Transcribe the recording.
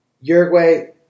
Uruguay